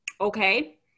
okay